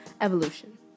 evolution